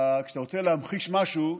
כשאתה רוצה להמחיש משהו,